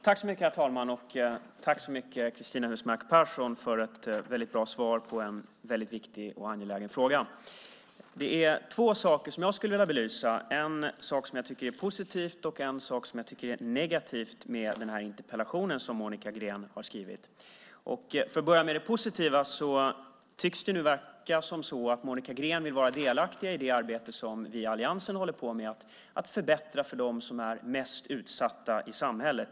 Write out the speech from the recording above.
Herr talman! Jag vill tacka Cristina Husmark Pehrsson så mycket för ett väldigt bra svar på en väldigt viktig och angelägen fråga. Det är två saker som jag skulle vilja belysa. Det är en sak som jag tycker är positiv och en sak som jag tycker är negativ med interpellationen som Monica Green har skrivit. För att börja med det positiva tycks det nu vara så att Monica Green vill vara delaktig i det arbete som vi i alliansen håller på med för att förbättra för de mest utsatta i samhället.